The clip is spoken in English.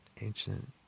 ancient